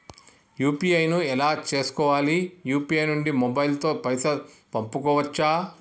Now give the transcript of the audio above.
UPI ను ఎలా చేస్కోవాలి యూ.పీ.ఐ నుండి మొబైల్ తో పైసల్ పంపుకోవచ్చా?